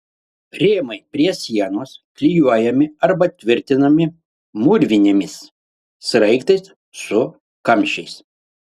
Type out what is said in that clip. rėmai prie sienos klijuojami arba tvirtinami mūrvinėmis sraigtais su kamščiais